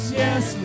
yes